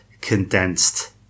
condensed